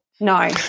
No